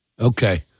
Okay